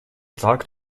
sagt